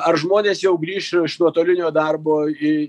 ar žmonės jau grįš iš nuotolinio darbo į